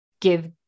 give